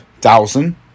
thousand